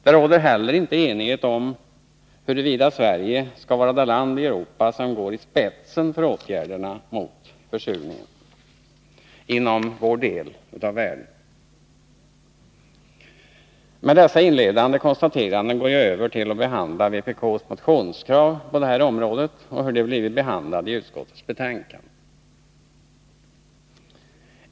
Det råder heller inte enighet om huruvida Sverige skall vara det land i Europa som går i spetsen för åtgärderna mot försurningen inom vår del av världen. Med dessa inledande konstateranden går jag över till vpk:s motionskrav på det här området och hur de har blivit behandlade i utskottets betänkande.